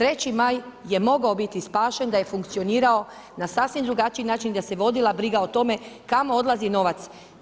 Treći maj je mogao biti spašen da je funkcionirao na sasvim drugačiji način da se vodila briga o tome kamo odlazi novac.